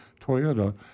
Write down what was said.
Toyota